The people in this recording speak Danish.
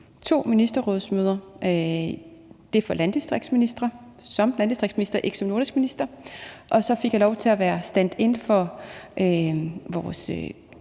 to ministerrådsmøder. Det ene var det for landdistriktsministre som landdistriktsminister og ikke som nordisk minister, og så fik jeg lov til at være standin for vores